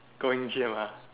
going gym ah